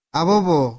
abobo